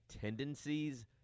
tendencies